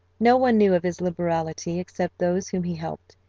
no one knew of his liberality except those whom he helped,